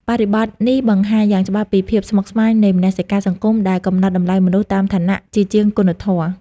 បរិបទនេះបានបង្ហាញយ៉ាងច្បាស់ពីភាពស្មុគស្មាញនៃមនសិការសង្គមដែលកំណត់តម្លៃមនុស្សតាមឋានៈជាជាងគុណធម៌។